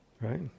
right